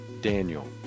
Daniel